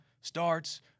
starts